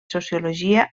sociologia